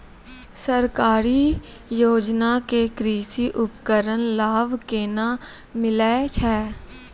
सरकारी योजना के कृषि उपकरण लाभ केना मिलै छै?